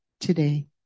today